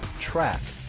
track,